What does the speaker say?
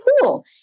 cool